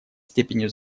степенью